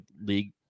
league